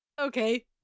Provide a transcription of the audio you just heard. okay